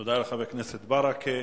תודה לחבר הכנסת ברכה.